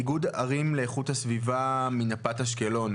איגוד ערים לאיכות הסביבה מנפת אשקלון,